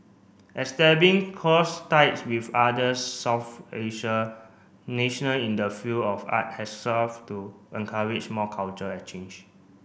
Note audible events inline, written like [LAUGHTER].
[UNINTELLIGIBLE] close ties with other South Asia national in the field of art has solved to encourage more cultural exchange